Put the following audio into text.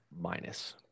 minus